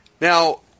Now